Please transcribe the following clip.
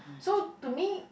so to me